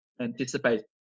anticipate